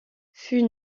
fus